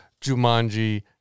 Jumanji